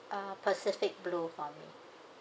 uh pacific blue for me